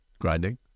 grinding